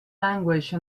language